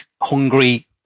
hungry